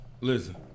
Listen